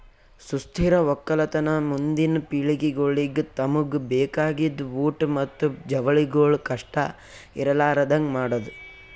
ಸುಸ್ಥಿರ ಒಕ್ಕಲತನ ಮುಂದಿನ್ ಪಿಳಿಗೆಗೊಳಿಗ್ ತಮುಗ್ ಬೇಕಾಗಿದ್ ಊಟ್ ಮತ್ತ ಜವಳಿಗೊಳ್ ಕಷ್ಟ ಇರಲಾರದಂಗ್ ಮಾಡದ್